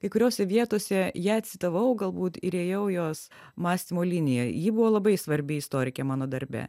kai kuriose vietose ją citavau galbūt ir ėjau jos mąstymo linija ji buvo labai svarbi istorikė mano darbe